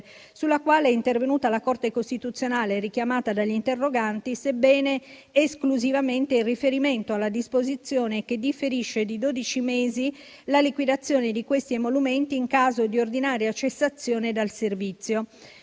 sulla quale è intervenuta la Corte costituzionale, richiamata dagli interroganti, sebbene esclusivamente in riferimento alla disposizione che differisce di dodici mesi la liquidazione di questi emolumenti in caso di ordinaria cessazione dal servizio.